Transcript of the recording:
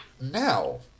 Now